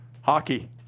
Hockey